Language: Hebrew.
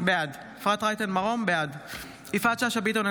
בעד יפעת שאשא ביטון,